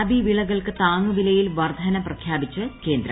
റാബി വിളകൾക്ക് താങ്ങുവിലയിൽ പ്രർദ്ധന പ്രഖ്യാപിച്ച് കേന്ദ്രം